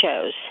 shows